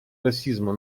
расизма